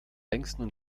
längsten